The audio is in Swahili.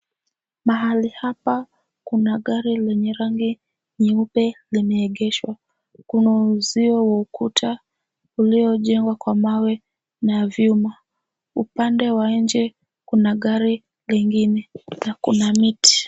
Mahali hapa kuna gari lenye rangi nyeupe limeegeshwa. Kuna uzio wa ukuta uliojengwa kwa mawe na vyuma. Upande wa nje kuna gari lingine na kuna miti.